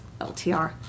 LTR